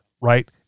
right